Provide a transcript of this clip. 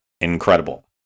incredible